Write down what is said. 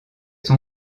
son